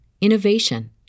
innovation